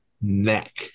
neck